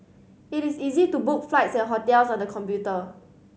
it is easy to book flights and hotels on the computer